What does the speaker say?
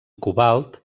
cobalt